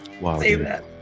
Wow